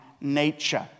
nature